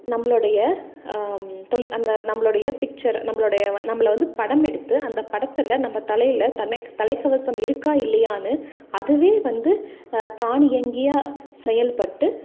நம்மளோடைய தொழி அந்த நம்மளோடைய பிக்சர் நம்மளோடைய நம்பளை வந்து படம் எடுத்து அந்த படத்தில் நம்ப தலையில் தலைக் தலைக்கவசம் இருக்கா இல்லையானு அதுவே வந்து தானியங்கியாக செயல்பட்டு